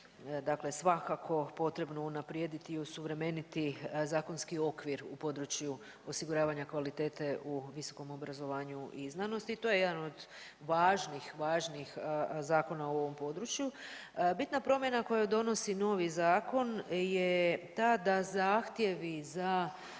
dakle svakako potrebno unaprijediti i osuvremeniti zakonski okvir u području osiguravanja kvalitete u visokom obrazovanju i znanosti. To je jedan od važnih, važnih zakona u ovom području. Bitna promjena koju donosi novi zakon je ta da zahtjevi za